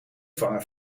vangen